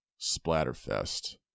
Splatterfest